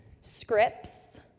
scripts